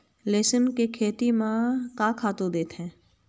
लेसुन के खेती म का खातू देथे?